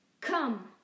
come